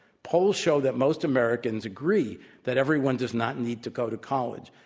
polls show that most americans agree that everyone does not need to go to college.